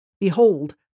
Behold